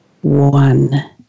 one